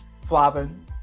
flopping